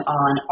on